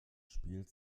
spielt